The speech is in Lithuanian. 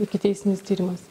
ikiteisminis tyrimas